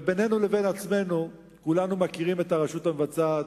בינינו לבין עצמנו, כולנו מכירים את הרשות המבצעת,